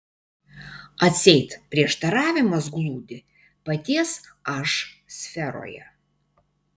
atseit prieštaravimas glūdi paties aš sferoje